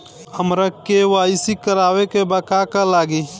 हमरा के.वाइ.सी करबाबे के बा का का लागि?